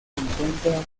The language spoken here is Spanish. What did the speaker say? encuentra